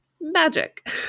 magic